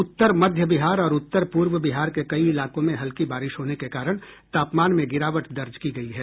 उत्तर मध्य बिहार और उत्तर पूर्व बिहार के कई इलाकों में हल्की बारिश होने के कारण तापमान में गिरावट दर्ज की गयी है